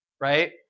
right